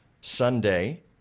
Sunday